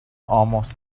almost